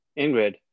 Ingrid